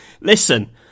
listen